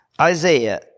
Isaiah